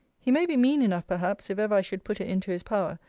he may be mean enough perhaps, if ever i should put it into his power,